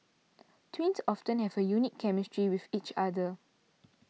twins often have a unique chemistry with each other